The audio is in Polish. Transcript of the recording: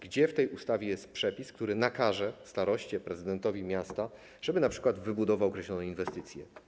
Gdzie w tej ustawie jest przepis, który nakaże staroście, prezydentowi miasta, żeby np. wybudował określone inwestycje?